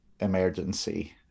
Emergency